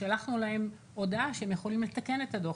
שלחנו להם הודעה שהם יכולים לתקן את הדוח,